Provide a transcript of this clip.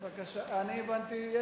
יש לי פה,